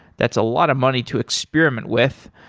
that's a lot of money to experiment with.